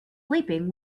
sleeping